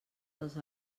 dels